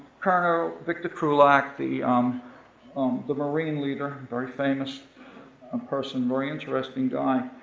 colonel victor krulak, the um um the marine leader, very famous ah person, very interesting guy,